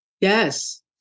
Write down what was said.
Yes